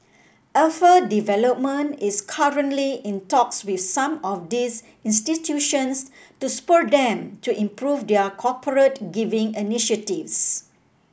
Alpha Development is currently in talks with some of these institutions to spur them to improve their corporate giving initiatives